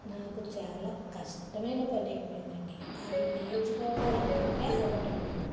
నాకు చాలా కష్టమైన పని అయిపోయిందండి అవి నేర్చుకోవాలనుకుంటే అవ్వటం లేదు